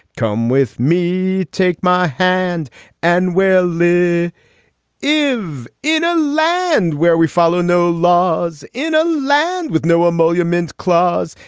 come with me. take my hand and willie is in a land where we follow no laws, in a land with no emoluments clause,